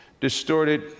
distorted